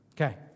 Okay